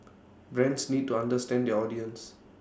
brands need to understand their audience